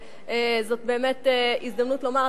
זאת באמת הזדמנות לומר,